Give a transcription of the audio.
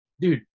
Dude